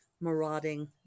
marauding